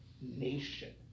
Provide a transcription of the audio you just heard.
nation